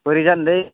बोरै जानोलै